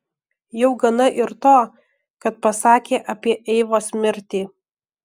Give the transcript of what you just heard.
jau gana ir to kad pasakė apie eivos mirtį